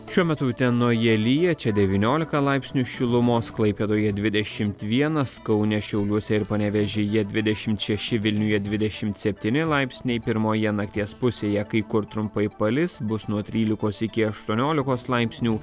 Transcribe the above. šiuo metu utenoje lyja čia devyniolika laipsnių šilumos klaipėdoje dvidešimt vienas kaune šiauliuose ir panevėžyje dvidešimt šeši vilniuje dvidešimt septyni laipsniai pirmoje nakties pusėje kai kur trumpai palis bus nuo trylikos iki aštuoniolikos laipsnių